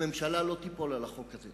הממשלה לא תיפול על החוק הזה.